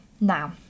Now